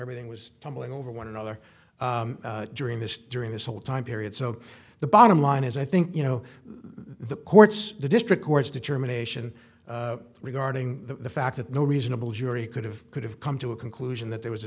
everything was tumbling over one another during this during this whole time period so the bottom line is i think you know the courts the district courts determination regarding the fact that no reasonable jury could have could have come to a conclusion that there was a